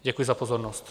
Děkuji za pozornost.